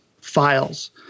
files